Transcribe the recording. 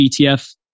ETF